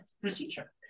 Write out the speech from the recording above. procedure